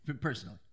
Personally